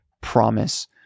promise